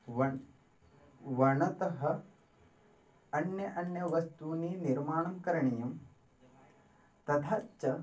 वण् वनतः अन्य अन्यवस्तूनि निर्माणं करणीयं तथा च